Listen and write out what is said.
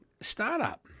startup